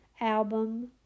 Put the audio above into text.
album